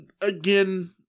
again